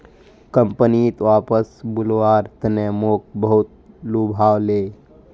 कंपनीत वापस बुलव्वार तने मोक बहुत लुभाले